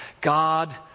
God